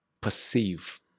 perceive